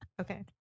okay